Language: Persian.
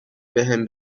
بهم